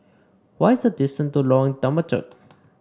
what is the distance to Lorong Temechut